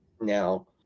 Now